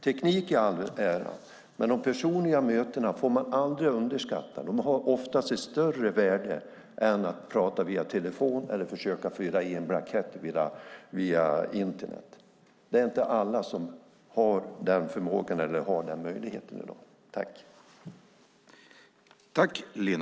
Teknik i all ära, men de personliga mötena får aldrig underskattas. De har oftast ett större värde än att prata via telefon eller försöka fylla i en blankett via Internet. Det är inte alla som har den förmågan eller den möjligheten.